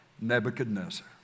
Nebuchadnezzar